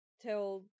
tell